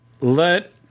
let